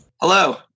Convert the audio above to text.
Hello